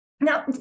Now